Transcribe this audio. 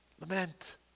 Lament